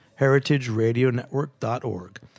heritageradionetwork.org